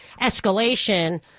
escalation